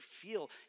feel